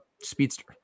speedster